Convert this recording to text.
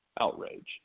outrage